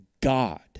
God